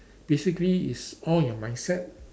basically it's all your mindset